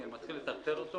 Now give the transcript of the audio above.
כי מתחילים לטרטר אותו